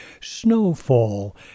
Snowfall